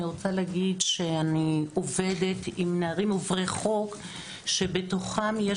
אני עובדת עם נערים עוברי חוק שבתוכם יש